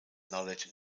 knowledge